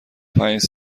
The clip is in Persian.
پنج